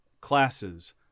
classes